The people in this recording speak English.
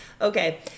Okay